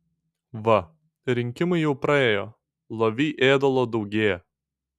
va rinkimai jau praėjo lovy ėdalo daugėja